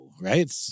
Right